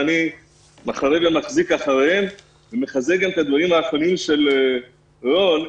אני מחרה ומחזיק אחריהם ומחזק גם את הדברים האחרונים של רון חולדאי,